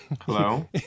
Hello